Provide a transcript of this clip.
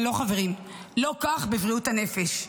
אבל חברים, לא כך בבריאות הנפש.